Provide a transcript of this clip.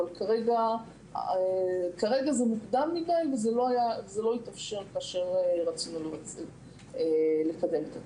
כרגע זה מוקדם מדי וזה לא התאפשר כאשר רצינו לקדם את התיקון.